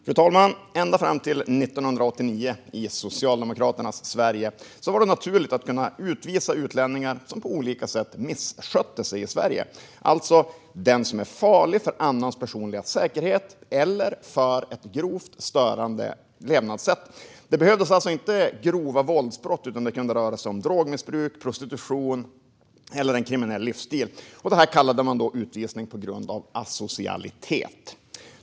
Fru talman! Ända fram till 1989 var det i Socialdemokraternas Sverige naturligt att kunna utvisa utlänningar som på olika sätt misskötte sig i Sverige, alltså den som var farlig för annans personliga säkerhet eller som förde ett grovt störande levnadssätt. Det behövdes alltså inte grova våldsbrott, utan det kunde röra sig om drogmissbruk, prostitution eller en kriminell livsstil. Man kallade detta utvisning på grund av asocialitet.